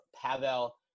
Pavel